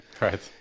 right